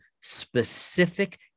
specific